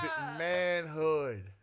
Manhood